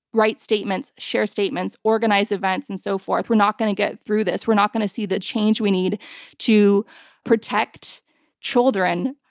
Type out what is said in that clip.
write statements, share statements, organize events, and so forth. we're not going to get through this, we're not going to see the change we need to protect children,